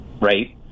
right